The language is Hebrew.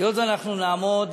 היות שאנחנו נעמוד,